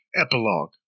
epilogue